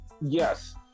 Yes